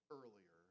earlier